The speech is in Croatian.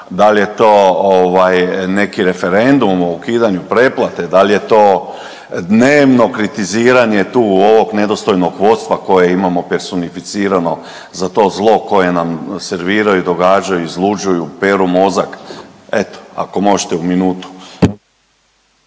da li je to neki referendum o ukidanju pretplate, da li je to dnevno kritiziranje tu ovog nedostojnog vodstva koje imamo personificirano za to zlo koje nam serviraju, događaju, izluđuju, peru mozak eto ako možete u minutu.